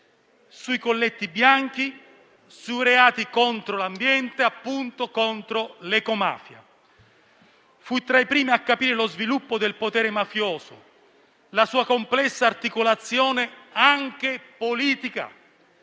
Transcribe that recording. sui colletti bianchi, sui reati contro l'ambiente e l'ecomafia; fu tra i primi a capire lo sviluppo del potere mafioso, la sua complessa articolazione anche politica,